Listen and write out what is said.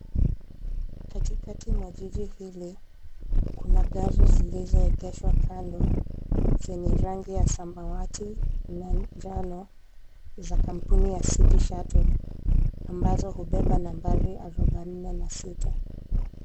Katikati mwa jiji hili, kuna gari zilizoegeshwa kando zenye rangi ya samawati na njano za kampuni ya City shuttle anmbazo hubeba nambari arobaine na sita.